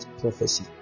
prophecy